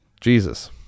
Jesus